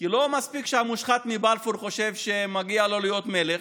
כי לא מספיק שהמושחת מבלפור חושב שמגיע לו להיות מלך,